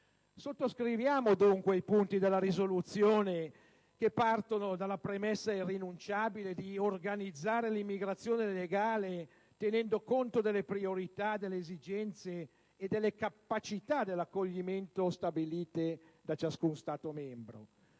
Sottoscriviamo, dunque, i punti della risoluzione che partono dalla premessa irrinunciabile di organizzare l'immigrazione legale tenendo conto delle priorità, delle esigenze e delle capacità dell'accoglimento stabilite da ciascun Stato membro.